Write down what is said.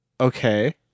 Okay